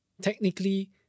Technically